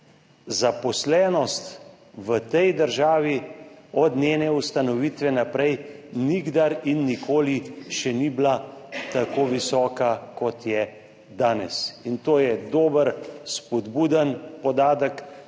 zaposlenost v tej državi od njene ustanovitve naprej nikdar in nikoli še ni bila tako visoka, kot je danes. In to je dober, spodbuden podatek,